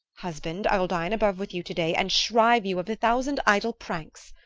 husband, i'll dine above with you to-day, and shrive you of a thousand idle pranks.